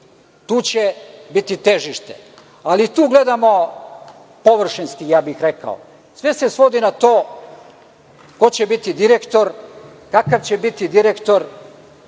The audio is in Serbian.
Tu će biti težište, ali i tu gledamo površinski, ja bih rekao. Sve se svodi na to ko će biti direktor, kakav će biti direktor,